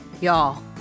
Y'all